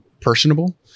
personable